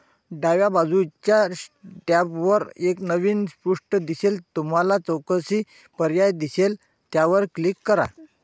डाव्या बाजूच्या टॅबवर एक नवीन पृष्ठ दिसेल तुम्हाला चौकशी पर्याय दिसेल त्यावर क्लिक करा